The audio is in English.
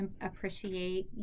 appreciate